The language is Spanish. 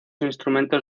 instrumentos